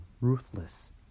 Ruthless